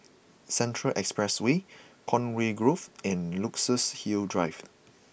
Central Expressway Conway Grove and Luxus Hill Drive